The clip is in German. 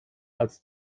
als